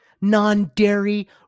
non-dairy